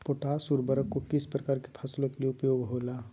Potash उर्वरक को किस प्रकार के फसलों के लिए उपयोग होईला?